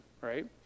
right